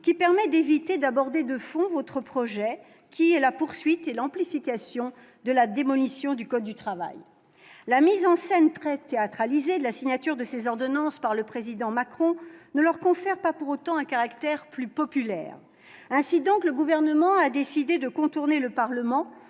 : il s'agit d'éviter que l'on aborde le fond de votre projet, à savoir la poursuite et l'amplification de la démolition du code du travail. La mise en scène très théâtralisée de la signature de ces ordonnances par le président Macron ne leur confère pas, pour autant, un caractère plus populaire. Ainsi donc, le Gouvernement a décidé de contourner le Parlement